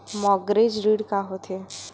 Mortgage ऋण का होथे?